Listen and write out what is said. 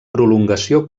prolongació